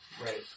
Right